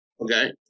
Okay